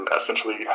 essentially